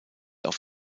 auf